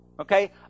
okay